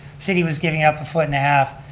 city was giving up a foot-and-a-half,